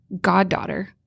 goddaughter